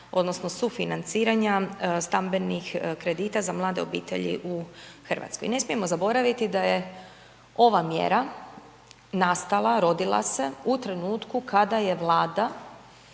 odnosno sufinanciranja stambenih kredita za mlade obitelji u Hrvatskoj. Ne smijemo zaboraviti da je ova mjera nastala, rodila se u trenutku kada je Vlada